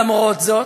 למרות זאת,